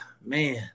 man